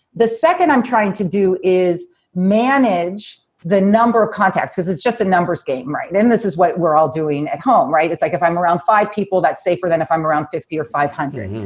the second i'm trying to do is manage the number of contacts because it's just a numbers game. right. and this is what we're all doing at home. right? it's like if i'm around five people, that's safer than if i'm around fifty or five hundred,